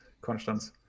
Konstanz